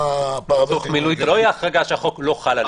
--- זאת לא תהיה החרגה שהחוק לא חל עליהם.